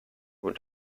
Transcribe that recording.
would